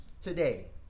today